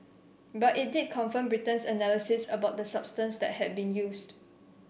but it did confirm Britain's analysis about the substance that had been used